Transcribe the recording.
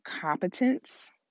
competence